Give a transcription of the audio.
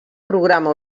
programa